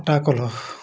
ଅଟାକଳ